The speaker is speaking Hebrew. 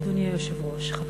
אדוני היושב-ראש, חברי,